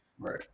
Right